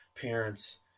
Parents